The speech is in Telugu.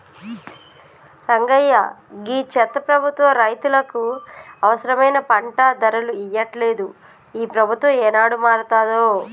రంగయ్య గీ చెత్త ప్రభుత్వం రైతులకు అవసరమైన పంట ధరలు ఇయ్యట్లలేదు, ఈ ప్రభుత్వం ఏనాడు మారతాదో